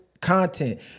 content